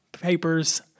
papers